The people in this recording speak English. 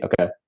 okay